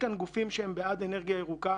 גופים שהם בעד אנרגיה ירוקה,